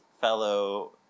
fellow